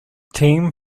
team